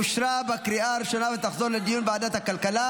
לוועדת הכלכלה